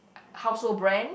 household brand